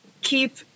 keep